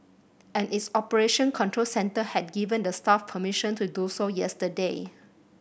and its operation control centre had given the staff permission to do so yesterday